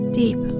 deep